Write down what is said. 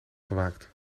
gemaakt